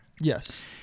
Yes